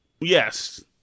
Yes